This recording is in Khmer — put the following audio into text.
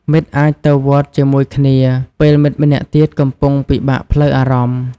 មិត្តអាចទៅវត្តជាមួយគ្នា ពេលមិត្តម្នាក់ទៀតកំពុងពិបាកផ្លូវអារម្មណ៍។